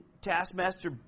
taskmaster